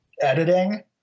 editing